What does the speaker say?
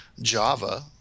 Java